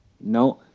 no